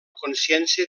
consciència